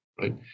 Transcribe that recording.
right